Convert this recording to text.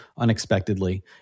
Unexpectedly